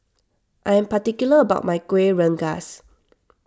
I am particular about my Kuih Rengas